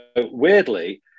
weirdly